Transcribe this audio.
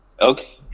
Okay